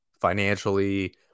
financially